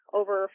over